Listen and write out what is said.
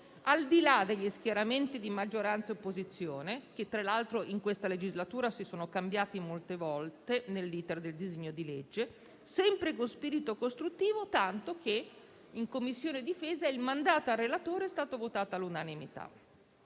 al di là degli schieramenti di maggioranza e opposizione, che tra l'altro in questa legislatura sono cambiati molte volte nell'*iter* del disegno di legge, sempre con spirito costruttivo, tanto che in Commissione difesa il mandato al relatore è stato votato all'unanimità.